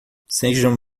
sejam